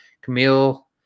Camille